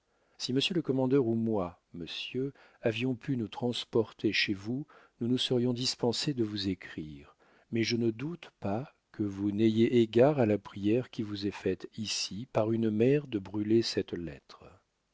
si monsieur le commandeur ou moi monsieur avions pu nous transporter chez vous nous nous serions dispensés de vous écrire mais je ne doute pas que vous n'ayez égard à la prière qui vous est faite ici par une mère de brûler cette lettre